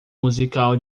musical